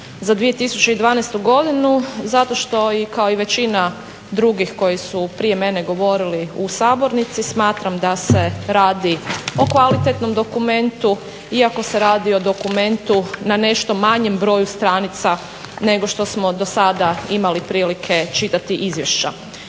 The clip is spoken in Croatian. za 2012. godinu zato što kao i većina drugih koji su prije mene govorili u sabornici smatram da se radi o kvalitetnom dokumentu iako se radi o dokumentu na nešto manjem broju stranica nego što smo dosada imali prilike čitati izvješća.